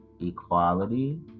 equality